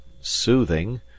soothing